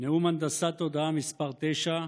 נאום הנדסת תודעה מס' 9,